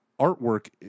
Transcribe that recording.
artwork